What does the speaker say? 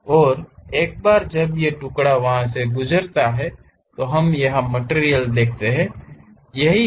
और एक बार जब यह टुकड़ा वहां से गुजर रहा होता है तो हम यहां मटिरियल देखते हैं यही है